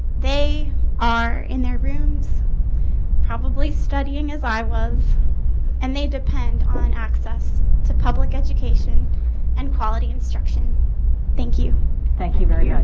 they are in their rooms probably studying as i was and they depend on an access to public education and quality instruction thank you thank you very ah